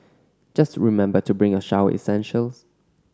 just remember to bring your shower essentials